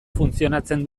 funtzionatzen